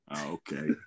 okay